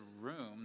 room